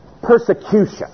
persecution